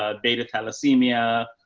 ah beta thalassemia,